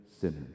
sinners